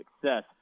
success